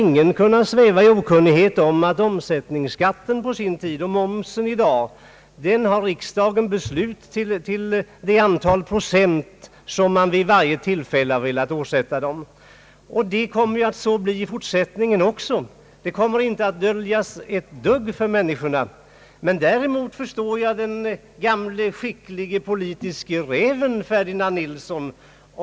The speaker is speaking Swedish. Ingen lär väl kunna sväva i okunnighet om att omsättnings skatten på sin tid och momsen i dag är beslutade av riksdagen till det antal procent som man vid varje tillfälle velat åsätta. Det blir så i fortsättningen också. Ingenting kommer att döljas för människorna. Däremot förstår jag den gamle taktiske politiske räven Ferdinand Nilsson.